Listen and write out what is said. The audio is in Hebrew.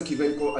סקיבנקו,